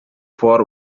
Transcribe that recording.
for